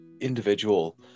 individual